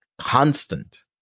constant